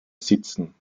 sitzen